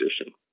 position